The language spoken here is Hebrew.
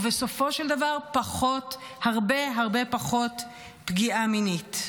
ובסופו של דבר הרבה הרבה פחות פגיעה מינית.